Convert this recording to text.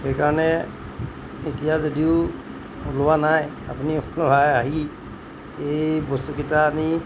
সেইকাৰণে এতিয়া যদিও ওলোৱা নাই আপুনি ওলাই আহি এই বস্তুকেইটা আনি